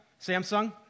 Samsung